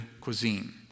cuisine